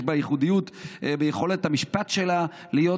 יש בה ייחודיות ביכולת המשפט שלה להיות